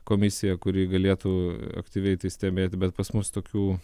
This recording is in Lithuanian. komisija kuri galėtų aktyviai stebėt bet pas mus tokių